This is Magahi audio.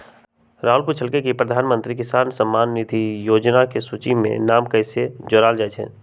राहुल पूछलकई कि प्रधानमंत्री किसान सम्मान निधि योजना के सूची में नाम कईसे जोरल जाई छई